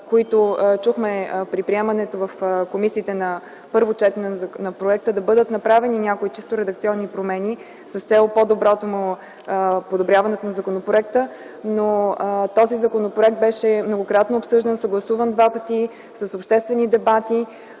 които чухме при приемането в комисиите на първо четене на проекта, да бъдат направени някои чисто редакционни промени с цел подобряване на законопроекта, но този законопроект беше многократно обсъждан, съгласуван два пъти, с обществени дебати,